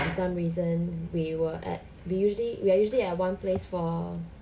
some reason we were at we usually we are usually at one place for